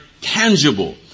tangible